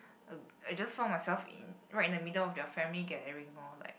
uh I just found myself in right in the middle of their family gathering loh like